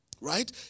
right